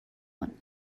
one